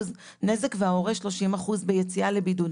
נזק וההורה נושא ביתר הנזק ביציאה לבידוד.